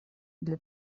для